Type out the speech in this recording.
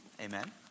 Amen